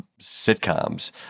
sitcoms